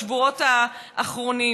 בשבועות האחרונים.